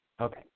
Okay